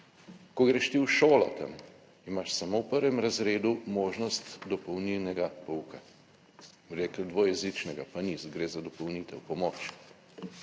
Ko greš ti v šolo, tam imaš samo v prvem razredu možnost dopolnilnega pouka, bi rekli, dvojezičnega, pa ni, gre za dopolnitev, pomoč.